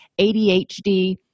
ADHD